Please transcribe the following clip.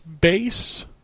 Base